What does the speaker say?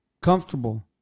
comfortable